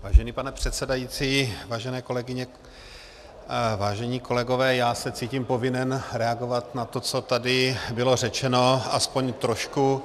Vážený pane předsedající, vážené kolegyně, vážení kolegové, cítím se povinen reagovat na to, co tady bylo řečeno, aspoň trošku.